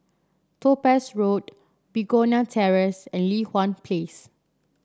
Topaz Road Begonia Terrace and Li Hwan Place